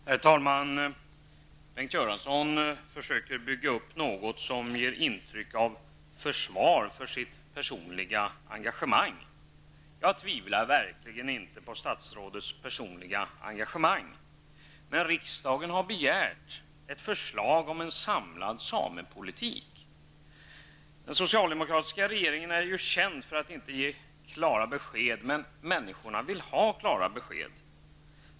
Herr talman! Bengt Göransson försöker bygga upp något som ger intryck av försvar för sitt personliga engagemang. Jag tvivlar verkligen inte på statsrådets personliga engagemang. Riksdagen har dock begärt ett förslag om en samlad samepolitik. Den socialdemokratiska regeringen är känd för att inte ge klara besked, men människorna vill ha klara besked.